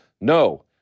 No